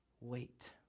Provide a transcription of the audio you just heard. wait